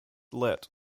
lit